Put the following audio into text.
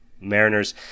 Mariners